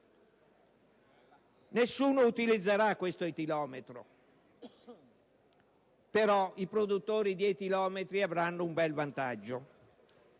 Nessuno utilizzerà questo etilometro, però i produttori di etilometri avranno un bel vantaggio!